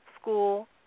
school